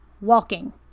walking